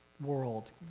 world